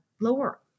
lower